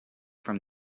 from